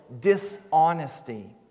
dishonesty